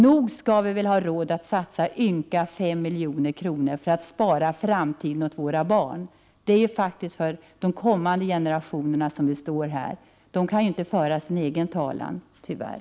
Nog skall vi har råd att satsa ynka 5 milj.kr. för att spara framtiden åt våra barn. Det är faktiskt för de kommande generationerna som vi står här. De kan ju inte föra sin egen talan, tyvärr.